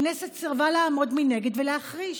הכנסת סירבה לעמד מנגד ולהחריש.